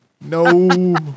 no